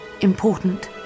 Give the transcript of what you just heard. important